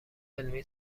علمی